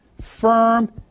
firm